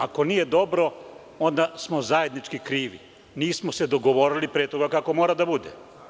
Ako nije dobro, onda smo zajednički krivi jer se nismo dogovorili pre toga kako mora da bude.